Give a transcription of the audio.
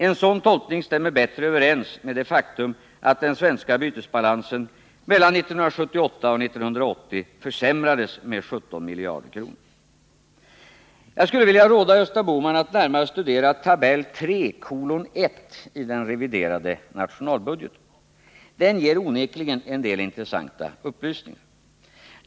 En sådan tolkning stämmer bättre överens med det faktum att den svenska bytesbalansen mellan 1978 och 1980 försämrades med 17 miljarder kronor. Jag skulle vilja råda Gösta Bohman att närmare studera tabell 3:1 i den reviderade nationalbudgeten. Den ger onekligen en del intressanta upplysningar.